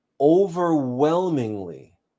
overwhelmingly